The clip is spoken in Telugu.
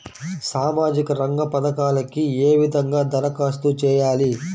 సామాజిక రంగ పథకాలకీ ఏ విధంగా ధరఖాస్తు చేయాలి?